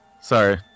Sorry